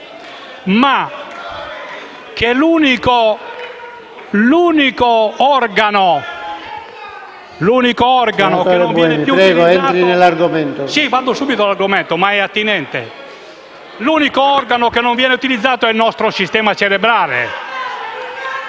L'unico organo che non viene utilizzato è il nostro sistema cerebrale